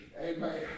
Amen